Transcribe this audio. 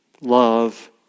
love